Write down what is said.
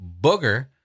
Booger